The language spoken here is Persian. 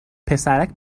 پسرک